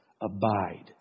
abide